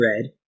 red